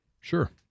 Sure